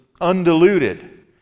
undiluted